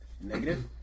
Negative